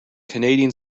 canadian